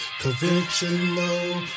conventional